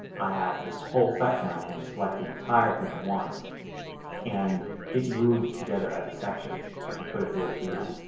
i have this whole section. i can select the entire thing at once and it moves together as a section. so i can put it here at the end.